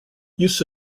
use